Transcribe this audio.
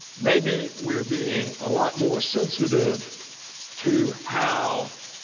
maybe we're being a lot more sensitive to how